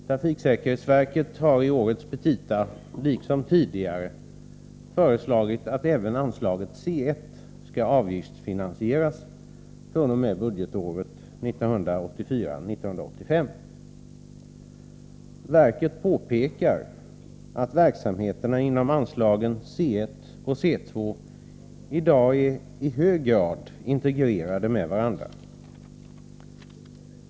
Trafiksäkerhetsverket har i årets petita, liksom tidigare, föreslagit att även anslaget C1 skall avgiftsfinansieras fr.o.m. budgetåret 1984/85. Verket påpekar att verksamheterna inom anslagen C1 och C2 i dag är i hög grad integrerade med varandra.